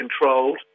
controlled